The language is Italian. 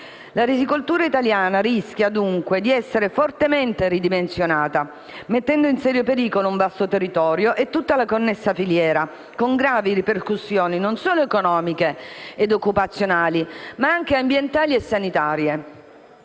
La risicoltura italiana rischia dunque di essere fortemente ridimensionata, mettendo in serio pericolo un vasto territorio e tutta la connessa filiera, con gravi ripercussioni non solo economiche e occupazionali, ma anche ambientali e sanitarie.